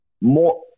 more